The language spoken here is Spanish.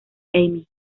emmy